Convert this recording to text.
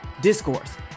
Discourse